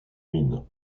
mines